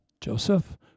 Joseph